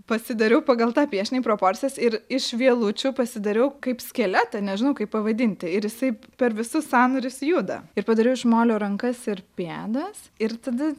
pasidariau pagal tą piešinį proporcijas ir iš vielučių pasidariau kaip skeletą nežinau kaip pavadinti ir jisai per visus sąnarius juda ir padariau iš molio rankas ir pėdas ir tada